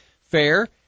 fair